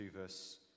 verse